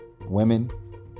women